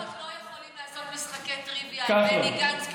אנחנו עוד לא יכולים לעשות משחקי טריוויה עם בני גנץ,